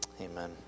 amen